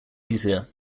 easier